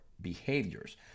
behaviors